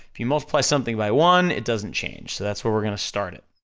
if you multiply something by one, it doesn't change, so that's where we're gonna start it.